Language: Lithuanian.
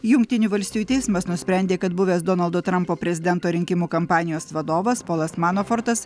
jungtinių valstijų teismas nusprendė kad buvęs donaldo trampo prezidento rinkimų kampanijos vadovas polas manafortas